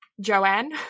Joanne